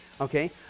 okay